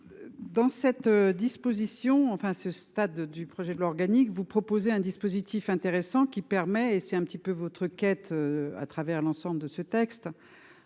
à ce stade du projet de loi organique vous proposer un dispositif intéressant qui permet et c'est un petit peu votre quête à travers l'ensemble de ce texte.